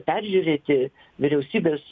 peržiūrėti vyriausybės